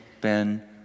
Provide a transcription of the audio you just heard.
Ben